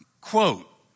Quote